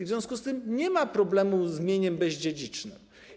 W związku z tym nie ma problemu z mieniem bezdziedzicznym.